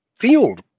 field